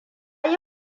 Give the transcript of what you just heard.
yi